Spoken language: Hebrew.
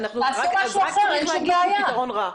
נכון, אז רק צריך להגיד שזה פתרון רע.